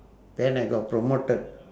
then I got promoted